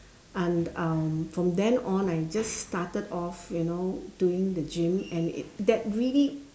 and um from then on I just started off you know doing the gym and it that really